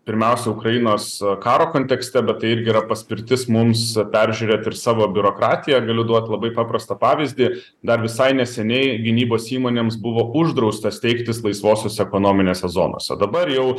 pirmiausia ukrainos karo kontekste bet tai irgi yra paspirtis mums peržiūrėti ir savo biurokratiją galiu duot labai paprastą pavyzdį dar visai neseniai gynybos įmonėms buvo uždrausta steigtis laisvosiose ekonominėse zonose dabar jau